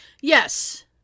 Yes